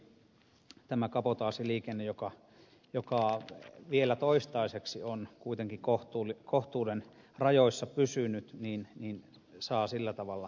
siltä osin tämä kabotaasiliikenne joka vielä toistaiseksi on kuitenkin kohtuuden rajoissa pysynyt saa sillä tavalla raamit